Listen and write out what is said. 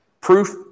proof